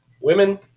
women